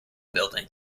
building